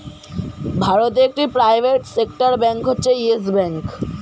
ভারতে একটি private sector bank হচ্ছে ইয়েস ব্যাঙ্ক